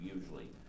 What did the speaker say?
usually